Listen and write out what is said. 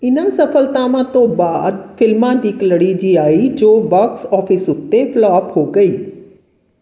ਇਨ੍ਹਾਂ ਸਫ਼ਲਤਾਵਾਂ ਤੋਂ ਬਾਅਦ ਫਿਲਮਾਂ ਦੀ ਇੱਕ ਲੜੀ ਜਿਹੀ ਆਈ ਜੋ ਬਾਕਸ ਆਫਿਸ ਉੱਤੇ ਫਲੋਪ ਹੋ ਗਈ